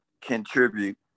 contribute